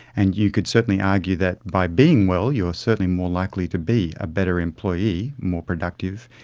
and you could certainly argue that by being well you are certainly more likely to be a better employee, more productive,